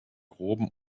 groben